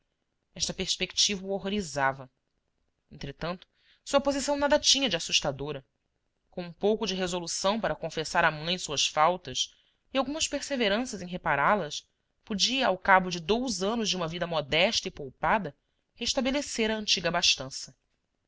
esta perspectiva o horrorizava entretanto sua posição nada tinha de assustadora com um pouco de resolução para confessar à mãe suas faltas e algumas perseveranças em repará las podia ao cabo de dous anos de uma vida modesta e poupada restabelecer a antiga abastança